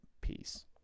Peace